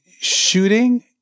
shooting